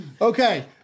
Okay